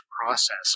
process